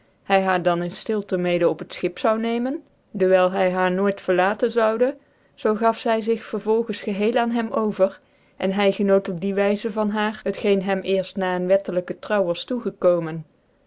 hy haar dan in ftiltc mede op het schip zoude neemen dewijl hy haar nooit verlasten zoude zoo gaf zy zig vervolgens geheel aan hem over en hy genoot op die wyzc van haar het geen hem cerft na een wettelijke trouw was toegekomen